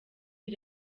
iri